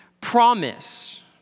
promise